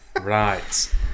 Right